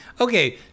Okay